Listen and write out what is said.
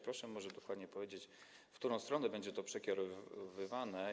Proszę dokładnie powiedzieć, w którą stronę będzie to przekierowywane.